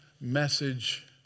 message